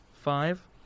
Five